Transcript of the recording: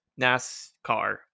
NASCAR